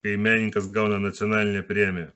kai menininkas gauna nacionalinę premiją